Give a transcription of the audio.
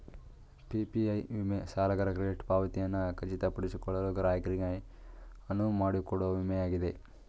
PPI ವಿಮೆ ಸಾಲಗಾರ credit ಪಾವತಿಯನ್ನ ಖಚಿತಪಡಿಸಿಕೊಳ್ಳಲು ಗ್ರಾಹಕರಿಗೆ ಅನುವುಮಾಡಿಕೊಡೊ ವಿಮೆ ಆಗಿದೆ